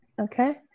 Okay